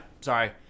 sorry